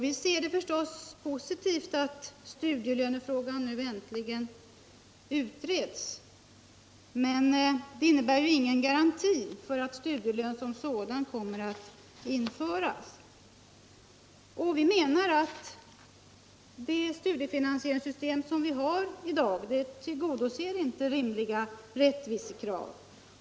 Vi ser det förstås som positivt att studielönefrågan nu äntligen utreds, men det innebär ju ingen garanti för att studielön kommer att införas. Vi menar att det studiefinansieringssystem som finns i dag inte tillgodoser rimliga rättvisekrav.